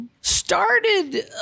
started